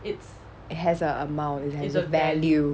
it has a amount it's a value